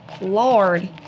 Lord